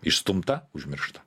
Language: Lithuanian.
išstumta užmiršta